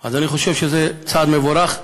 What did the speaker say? אז אני חושב שזה צעד מבורך,